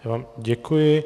Já vám děkuji.